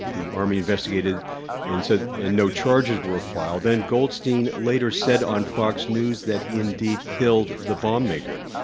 the army investigated and said and no charges were filed. then golsteyn later said on fox news that he indeed killed the bombmaker.